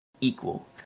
equal